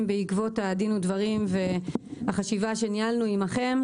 בעקבות הדין ודברים והחשיבה שניהלנו עמכם,